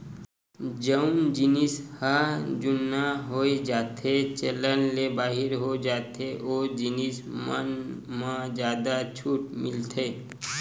जउन जिनिस ह जुनहा हो जाथेए चलन ले बाहिर हो जाथे ओ जिनिस मन म जादा छूट मिलथे